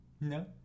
no